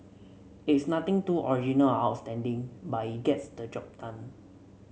it's nothing too original or outstanding but it gets the job done